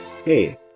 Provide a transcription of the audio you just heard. Hey